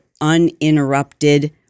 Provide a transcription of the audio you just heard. uninterrupted